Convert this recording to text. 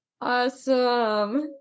Awesome